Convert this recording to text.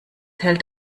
hält